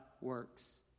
works